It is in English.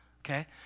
okay